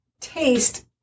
taste